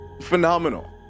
phenomenal